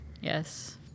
Yes